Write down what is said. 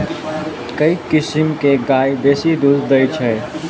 केँ किसिम केँ गाय बेसी दुध दइ अछि?